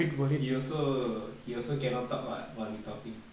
he also he also cannot talk [what] while we talking